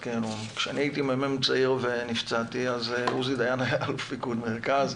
כשאני הייתי מ"מ צעיר ונפצעתי עוזי דיין היה אלוף פיקוד מרכז.